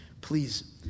Please